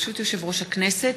ברשות יושב-ראש הכנסת,